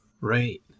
right